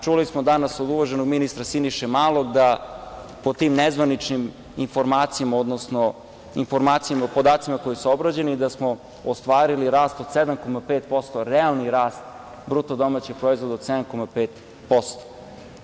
Čuli smo danas od uvaženog ministra Siniše Malog da po tim nezvaničnim informacijama, odnosno informacijama i podacima koji su obrađeni, da smo ostvarili rast od 7,5%, realni rast bruto domaćeg proizvoda od 7,5%